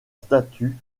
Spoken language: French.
statue